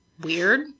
Weird